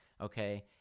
okay